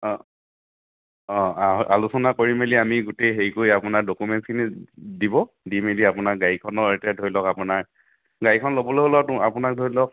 অঁ অঁ অঁ আলোচনা কৰি মেলি আমি গোটেই হেৰি কৰি আপোনাৰ ডকুমেণ্টচখিনি দিব দি মেলি আপোনাৰ গাড়ীখনৰ সৈতে ধৰি লওক আপোনাৰ গাড়ীখন ল'বলৈ হ'লেওতো আপোনাক ধৰি লওক